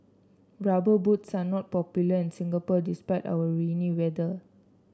rubber boots are not popular in Singapore despite our rainy weather